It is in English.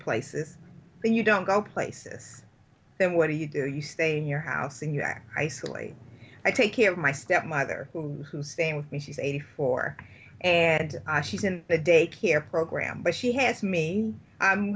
places you don't go places then what do you do you stay in your house and you act isolate i take care of my stepmother who who stay with me she's eighty four and she's in the day care program but she has